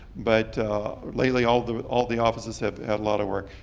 but lately, all the all the offices have had a lot of work.